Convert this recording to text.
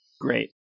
great